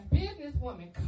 businesswoman